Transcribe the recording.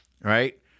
Right